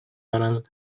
баран